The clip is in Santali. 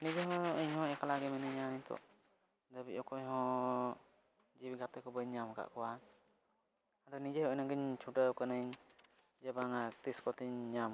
ᱱᱤᱡᱮᱦᱚᱸ ᱤᱧᱦᱚᱸ ᱮᱠᱞᱟᱜᱮ ᱢᱤᱱᱟᱹᱧᱟ ᱱᱤᱛᱚᱜ ᱫᱷᱟᱹᱵᱤᱡ ᱚᱠᱚᱭᱦᱚᱸ ᱡᱤᱣᱤ ᱜᱟᱛᱮᱠᱚ ᱵᱟᱹᱧ ᱧᱟᱢ ᱟᱠᱟᱫ ᱠᱚᱣᱟ ᱱᱤᱡᱮᱦᱚᱸ ᱤᱱᱟᱹᱜᱮᱧ ᱪᱷᱩᱴᱟᱹᱣ ᱟᱠᱟᱱᱟᱹᱧ ᱡᱮ ᱵᱟᱝᱟ ᱛᱤᱥ ᱠᱚᱛᱮᱧ ᱧᱟᱢ